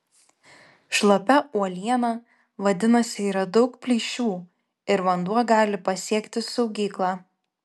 šlapia uoliena vadinasi yra daug plyšių ir vanduo gali pasiekti saugyklą